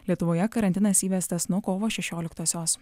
lietuvoje karantinas įvestas nuo kovo šešioliktosios